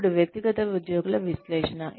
ఇప్పుడు వ్యక్తిగత ఉద్యోగుల విశ్లేషణ